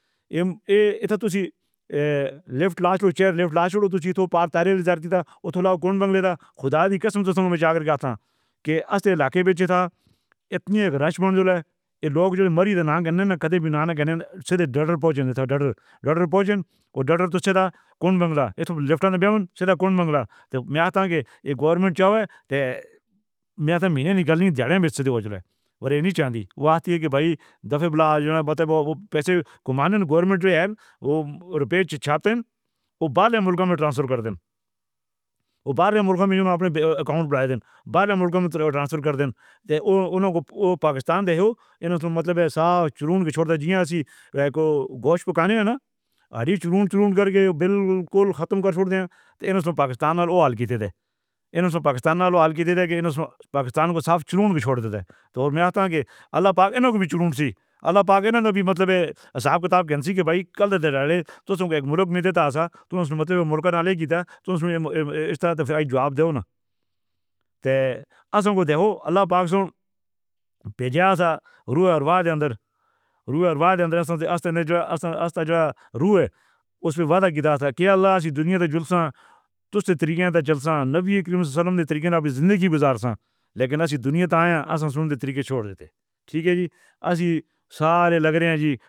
اتھے توسی ایک lift. Last chair lift. تالی بجاتی تھی تو گولڈ بنگلے دا خدا بھی قسم سے ہمیں جا کے ہاتھوں کے آس پاس علاقے میں چیتاونی روسیا کے لوگ مری تو نہ گنا نہ کتے بھی نہ نہ گنے سیدھا ڈر پہنچا تھا۔ ڈر ڈر پہنچنے اور ڈر تو سیدھا کون بغل لفٹ سے کون بغل میں آتا ہے گورنمنٹ ہے میں اتنی دھیان سے بیٹھی ہوئی ہے۔ ورنہ نہیں چاندی واسطے کی بھائی دفے بلاگ پے سے گورنمنٹ جو ہے وہ روپے چھاپے ہیں اور بیرونی ملک میں ٹرانسفر کر دے۔ وہ بیرونی ملک میں اپنے اکاؤنٹ بنا دے۔ بیرونی ملک میں ٹرانسفر کر دے۔ ان پاکستان دیکھو انہوں نے مطلب صاف چھوڑ دے جیسے کوئی گوشت کو کہنا ہے نہ ہری شرن کر کے بالکل ختم کر دے۔ پاکستان نالو حال کی جگہ انہوں نے پاکستان نالو حال کی جگہ انہوں نے پاکستان کو صاف چھوڑ دیا تھا۔ تو میں کہتا ہوں کہ اللہ پاک نے ان کی بھی ضرورت تھی۔ اللہ پاک نے بھی مطلب حساب کتاب کہیں بھی کل تیرے آلو تو ایک ملک میں ہی تو ایسا مطلب مرغے نالے کی تو اس طرح سے جواب دو نا۔ تو اللہ پاک سے بھی آزاد ہو۔ ارباز اندر ہوا۔ ارباز اندر سے اصلیت اصلیت رہی ہے۔ اس پر وعدہ کیا تھا کہ اللہ دنیا سے تُس تے طریقے کا چلسیں نبی کریم صلی اللہ علیہ وسلم کے طریقے نے اپنی زندگی گزار سی۔ لیکین اسی دنیا آیا اور سنتے طریقے چھوڑ دیندے تھے۔ ٹھیک ہے جی، اسی سارے لگ رہے ہیں۔ جی۔